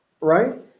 right